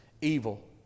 evil